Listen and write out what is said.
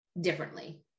differently